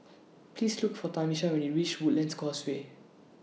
Please Look For Tamisha when YOU REACH Woodlands Causeway